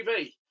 TV